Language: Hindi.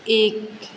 एक